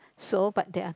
so but there are